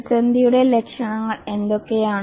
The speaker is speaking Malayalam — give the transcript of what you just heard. പ്രതിസന്ധിയുടെ ലക്ഷണങ്ങൾ എന്തൊക്കെയാണ്